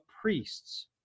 priests